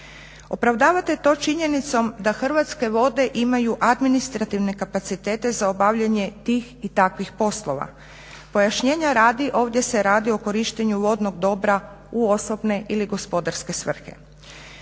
Opravdavate to činjenicom da Hrvatske vode imaju administrativne kapacitete za obavljanje tih i takvih poslova. Pojašnjenja radi ovdje se radi o korištenju vodnog dobra u osobne ili gospodarske svrhe.